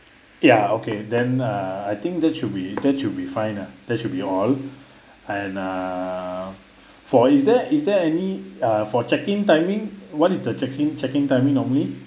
ya okay then err I think that should be that should be fine ah that should be all and err for is there is there any uh for check in timing what is the check in check in timing normally